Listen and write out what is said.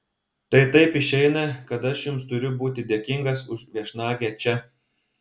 tai taip išeina kad aš jums turiu būti dėkingas už viešnagę čia